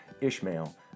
Ishmael